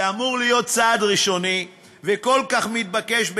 זה אמור להיות צעד ראשוני וכל כך מתבקש,